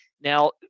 now